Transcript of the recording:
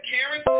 Karen